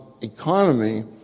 economy